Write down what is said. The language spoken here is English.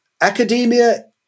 academia